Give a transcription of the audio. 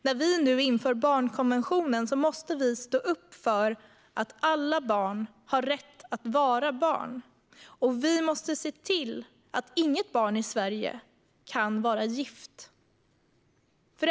När vi nu inför barnkonventionen måste vi stå upp för att alla barn har rätt att vara barn. Vi måste se till att inget barn i Sverige kan vara gift.